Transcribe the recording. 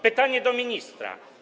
Pytanie do ministra.